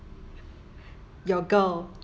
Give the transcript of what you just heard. your girl